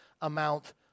amount